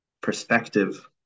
perspective